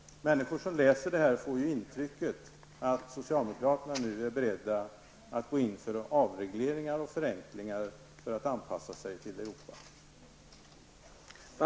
Människor som läser det här få ju intrycket att socialdemokraterna nu är beredda att gå in för avregleringar och förenkligar för att anpassa sig till Europa.